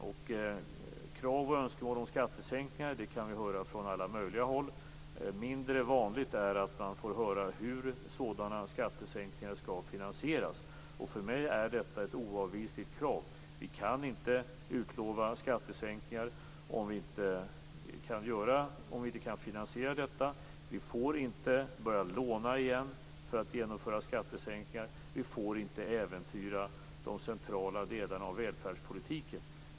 Krav på och önskemål om skattesänkningar kan vi höra från alla möjliga håll. Mindre vanligt är att man får höra hur sådana skattesänkningar skall finansieras. För mig är detta ett oavvisligt krav. Vi kan inte utlova skattesänkningar om vi inte kan finansiera detta. Vi får inte börja låna igen för att genomföra skattesänkningar. Vi får inte äventyra de centrala delarna av välfärdspolitiken.